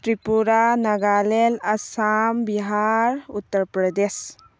Tripura Nagaland Assam Bihar Uttar Pradesh